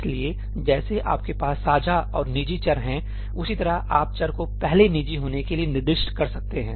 इसलिए जैसे आपके पास साझा और निजी चर हैं सही उसी तरह आप चर को पहले निजी होने के लिए निर्दिष्ट कर सकते हैं